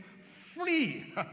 free